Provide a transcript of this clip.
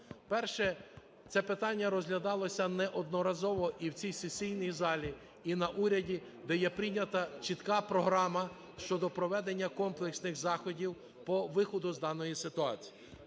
Перше. Це питання розглядалось неодноразово і в цій сесійній залі, і на уряді, де є прийнята чітка програма щодо проведення комплексних заходів по виходу з даної ситуації.